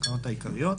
התקנות העיקריות),